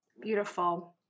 Beautiful